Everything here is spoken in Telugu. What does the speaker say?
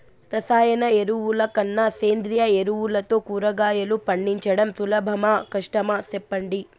రసాయన ఎరువుల కన్నా సేంద్రియ ఎరువులతో కూరగాయలు పండించడం సులభమా కష్టమా సెప్పండి